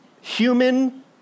human